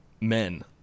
men